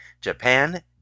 Japan